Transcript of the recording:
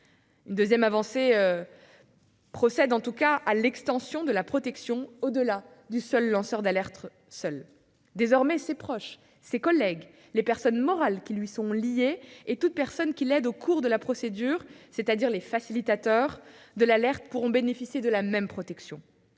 Une deuxième avancée européenne procède de l'extension de la protection au-delà du seul lanceur d'alerte : désormais, ses proches, ses collègues, les personnes morales qui lui sont liées et quiconque l'aide au cours de la procédure- en d'autres termes, les « facilitateurs » de l'alerte -pourront bénéficier de la même protection.